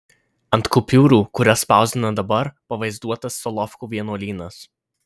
ant kupiūrų kurias spausdina dabar pavaizduotas solovkų vienuolynas